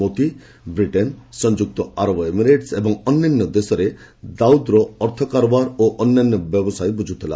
ମୋତି Britain ସଂଯୁକ୍ତ ଆରବ Emirates ଏବଂ ଅନ୍ୟାନ୍ୟ ଦେଶରେ ଦାଉଦ୍ ଇବ୍ରାହିମ୍ର ଅର୍ଥ କାରବାର ଓ ଅନ୍ୟାନ୍ୟ ବ୍ୟବସାୟ ବୁଝୁଥିଲା